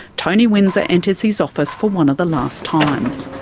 tony windsor enters his office for one of the last times.